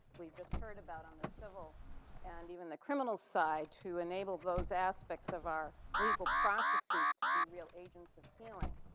we've just heard about on the civil and even the criminal side to enable those that aspects of our legal processes to be real agents of healing.